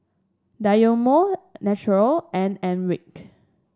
Dynamo Naturel and Airwick